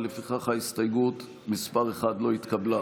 ולפיכך הסתייגות מס' 1 לא התקבלה.